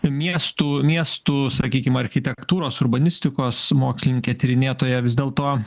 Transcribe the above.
miestų miestų sakykim architektūros urbanistikos mokslininkė tyrinėtoja vis dėlto